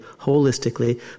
holistically